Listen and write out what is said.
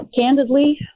candidly